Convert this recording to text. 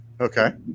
okay